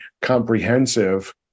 comprehensive